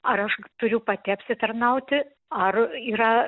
ar aš turiu pati apsitarnauti ar yra